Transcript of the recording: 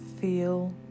Feel